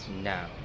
now